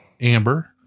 Amber